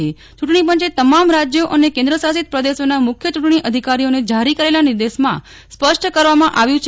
યુંટણીપંચે તમામ રાજ્યો અને કેન્દ્રશાષિત પ્રદેશોના મુખ્ય ચુંટણી અધિકારીઓને જરી કરેલા નિર્દેશોમાં સ્પષ્ટ કરવામાં આવ્યું છે